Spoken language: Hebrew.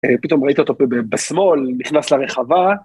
‫פתאום ראית אותו בשמאל, ‫נכנס לרחבה.